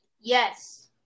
Yes